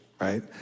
right